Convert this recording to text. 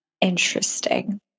Interesting